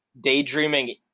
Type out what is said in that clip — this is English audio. Daydreaming